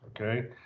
okay